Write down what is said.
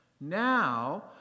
Now